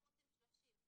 אנחנו רוצים 30 יום.